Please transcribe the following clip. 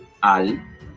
al